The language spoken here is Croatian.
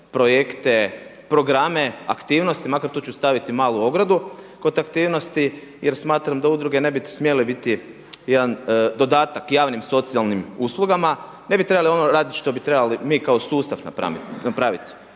projekte, programe, aktivnosti, makar tu ću staviti malu ogradu kod aktivnosti jer smatram da udruge ne bi smjele biti jedan dodatak javnim socijalnim uslugama, ne bi trebali raditi ono što bi trebali mi kao sustav napraviti.